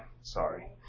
Sorry